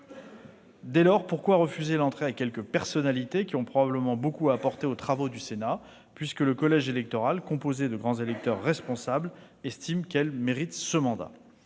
Dès lors, pourquoi refuser l'entrée à quelques personnalités qui ont probablement beaucoup à apporter aux travaux du Sénat si le collège électoral, composé de grands électeurs, responsables, estime qu'elles méritent ce mandat ?